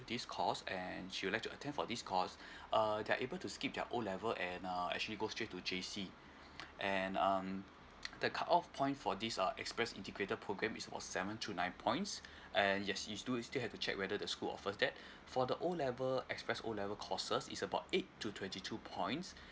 this course and she'd like to attend for this course uh they're able to skip their O level and uh actually go straight to J_C and um the cut off point for this uh express integrated program is seven to nine points and yes you do still have to check whether the school offers that for the O level express O level courses is about eight to twenty two points